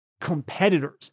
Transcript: competitors